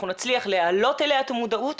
אנחנו נצליח להעלות עליה את המודעות